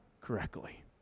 correctly